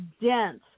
dense